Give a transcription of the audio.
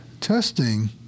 testing